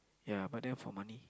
ya but then for money